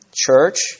church